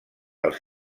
els